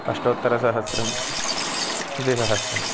अष्टोत्तरसहस्रं द्विसहस्रम्